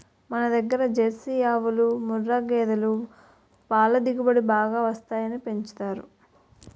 మనదగ్గర జెర్సీ ఆవులు, ముఱ్ఱా గేదులు పల దిగుబడి బాగా వస్తాయని పెంచుతారు